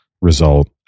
result